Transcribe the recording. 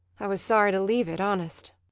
i was sorry to leave it, honest!